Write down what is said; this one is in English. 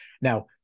Now